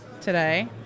today